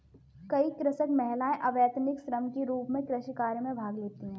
कई कृषक महिलाएं अवैतनिक श्रम के रूप में कृषि कार्य में भाग लेती हैं